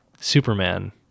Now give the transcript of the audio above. superman